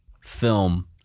film